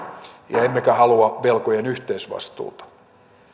emmekä halua velkojen yhteisvastuuta juuri